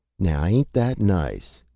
now ain't that nice,